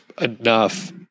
enough